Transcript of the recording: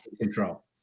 control